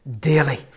daily